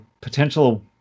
potential